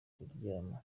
kuryama